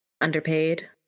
underpaid